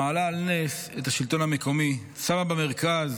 מעלה על נס את השלטון המקומי, שמה במרכז